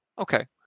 Okay